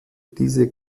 diese